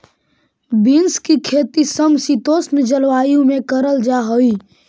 beans की खेती समशीतोष्ण जलवायु में करल जा हई